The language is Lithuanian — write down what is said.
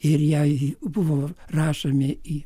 ir jai buvo rašomi į